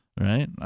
Right